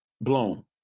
blown